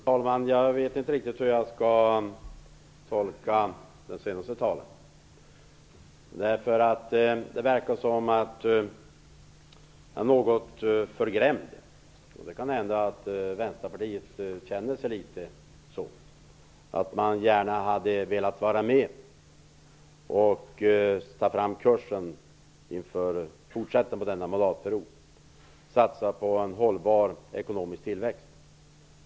Fru talman! Jag vet inte riktigt hur jag skall tolka den senaste talaren, därför att det verkar som om han är något förgrämd. Det kan hända att Vänsterpartiet känner att man gärna hade velat vara med om att ta fram kursen inför fortsättningen av denna mandatperiod, att satsa på en hållbar ekonomisk tillväxt.